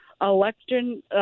Election